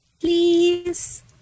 Please